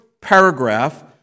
paragraph